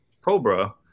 cobra